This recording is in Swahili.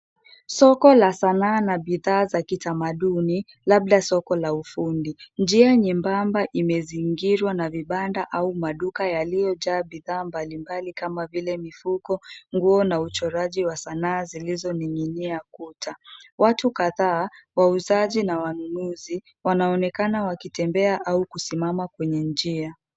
Soko la sanaa na bidhaa za kitamaduni labda soko la ufundi. Njia nyembamba imezingirwa na vibanda au maduka yaliyojaa bidhaa mbalimbai kama vile mifuko, nguo na uchoraji wa sanaa zilizoning'inia kuta. Watu kadhaa, wauzaji na wanunuzi, wanaonekana wakitembea au kusimama kwenye njia.